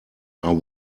are